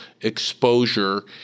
exposure